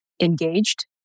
engaged